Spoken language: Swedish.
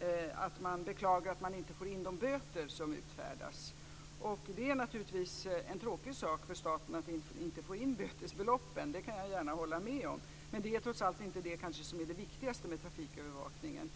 är att man inte får in de böter som utfärdas. Att inte få in bötesbeloppen är naturligtvis en tråkig sak för staten - det kan jag gärna hålla med om - men det är trots allt inte det som är det viktigaste med trafikövervakningen.